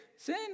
Sin